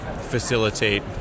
facilitate